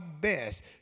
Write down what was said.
best